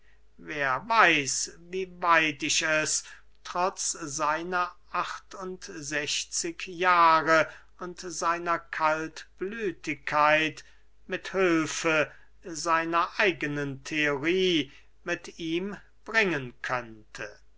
wer weiß wie weit ich es trotz seiner acht und sechzig jahre und seiner kaltblütigkeit mit hülfe seiner eigenen theorie bey ihm bringen könnte